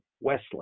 Wesley